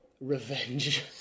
revenge